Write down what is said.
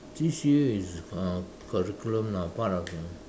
C_C_A is a curriculum lah part of the